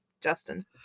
Justin